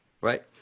Right